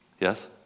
Yes